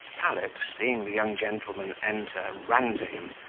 pallet, seeing the young gentleman enter, ran to him,